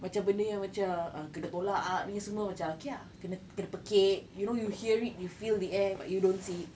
macam benda yang macam kena tolak ni semua okay ah kena kena pekik you know you hear it you feel the air but you don't see it